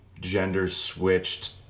gender-switched